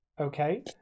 okay